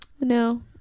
No